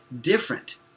different